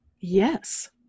Yes